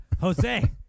Jose